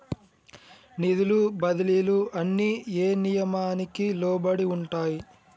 నిధుల బదిలీలు అన్ని ఏ నియామకానికి లోబడి ఉంటాయి?